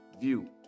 view